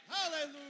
Hallelujah